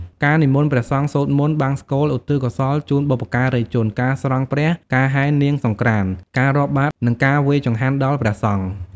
ការនិមន្តព្រះសង្ឃសូត្រមន្ត បង្សុកូលឧទ្ទិសកុសលជូនបុព្វការីជន ការស្រង់ព្រះ ការហែរនាងសង្ក្រាន្ត ការរាប់បាត្រ និងការវេរចង្ហាន់ដល់ព្រះសង្ឃ។